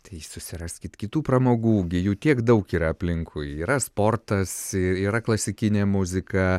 tai susiraskit kitų pramogų gi jų tiek daug yra aplinkui yra sportas yra klasikinė muzika